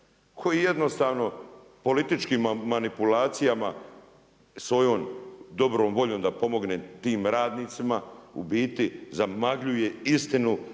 koji jednostavno političkim manipulacijama, svojom dobrom voljom da pomogne tim radnicima u biti zamagljuje istinu